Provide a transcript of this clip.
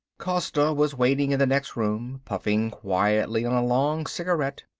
costa was waiting in the next room, puffing quietly on a long cigarette.